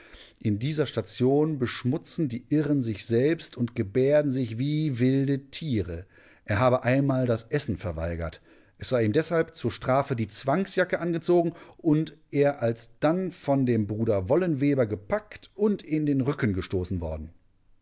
in dieser station beschmutzen die irren sich selbst und gebärden sich wie wilde tiere er habe einmal das essen verweigert es sei ihm deshalb zur strafe die zwangsjacke angezogen und er als dann von dem bruder wollenweber gepackt und in den rücken gestoßen worden